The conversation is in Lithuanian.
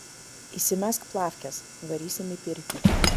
įsimesk plafkes varysim į pirtį